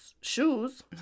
shoes